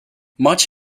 much